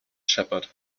shepherd